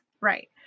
right